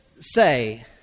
say